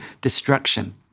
destruction